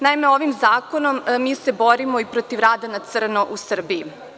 Naime, ovim zakonom mi se borimo i protiv rada na crno u Srbiji.